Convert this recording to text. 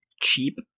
cheap